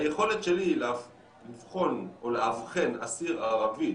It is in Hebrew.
היכולת שלי לבחון או לאבחן אסיר ערבי